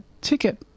ticket